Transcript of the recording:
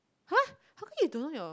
!huh! how can you don't know your